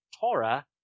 Torah